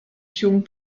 jung